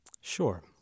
Sure